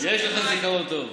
יש לך זיכרון טוב.